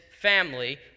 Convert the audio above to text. family